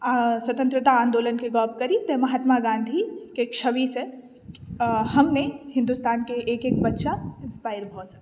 स्वतन्त्रता आन्दोलनके गप्प करी तऽ महात्मा गाँधीके छविसँ हम नहि हिन्दुस्तानके एक एक बच्चा इंस्पायर भऽ सकैए